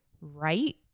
right